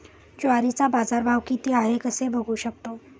ज्वारीचा बाजारभाव किती आहे कसे बघू शकतो?